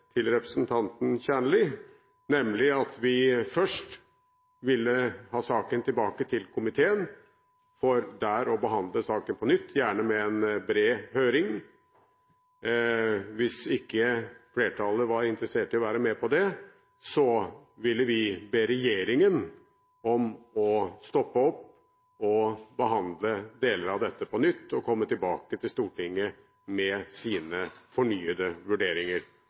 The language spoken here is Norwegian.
til representanten Kjernli – nemlig at vi først ville ha saken tilbake til komiteen for der å behandle saken på nytt, gjerne med en bred høring. Hvis ikke flertallet var interessert i å være med på det, ville vi be regjeringen om å stoppe opp og behandle deler av dette på nytt og komme tilbake til Stortinget med sine fornyede vurderinger.